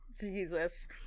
Jesus